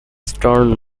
stern